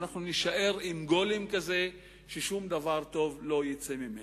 ואנחנו נישאר עם גולם כזה ששום דבר טוב לא יצא ממנו.